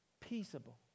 Peaceable